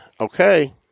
Okay